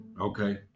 Okay